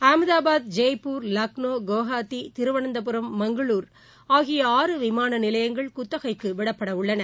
அகமதாபாத் ஜெய்ப்பூர் லக்னோ குவஹாத்தி திருவனந்தபுரம் மங்களூர் ஆகிய ஆறு விமானநிலையங்கள் குத்தகைக்குவிடப்படவுள்ளன